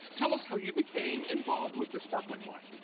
tell us how you became involved with the sparkling wine?